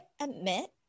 admit